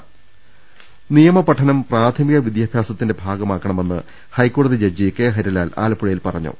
രുട്ട നിയമപഠനം പ്രാഥമിക അവിദ്യാഭ്യാസത്തിന്റെ ഭാഗമാക്കണമെന്ന് ഹൈക്കോടതി ജഡ്ജി കെ ഹരിലാൽ ആലപ്പുഴയിൽ പറഞ്ഞു